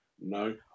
no